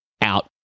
out